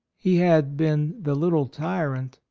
he had been the little tyrant,